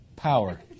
power